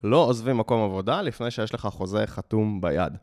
לא עוזבים מקום עבודה לפני שיש לך חוזה חתום ביד.